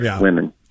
women